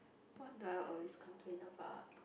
what do I always complain about